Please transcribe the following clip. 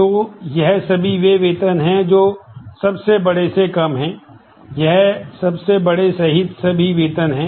तो यह सभी वे वेतन हैं जो सबसे बड़े से कम हैं यह सबसे बड़े सहित सभी वेतन हैं